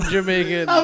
Jamaican